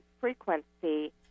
frequency